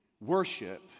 Worship